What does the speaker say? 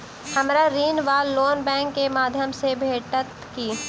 हमरा ऋण वा लोन बैंक केँ माध्यम सँ भेटत की?